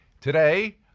Today